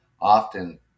often